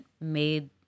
made